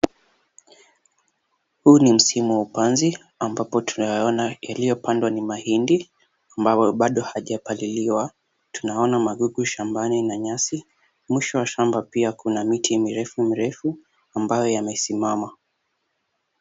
Huu ni msimu wa upanzi ambapo tunaona yaliyopandwa ni mahindi, ambayo bado hayajapaliliwa. Tunaona magugu shambani na nyasi. Mwisho wa shamba pia kuna miti mirefu mirefu ambayo yamesimama.